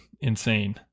insane